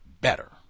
better